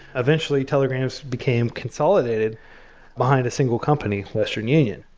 eventually, telegrams became consolidated behind a single company western union.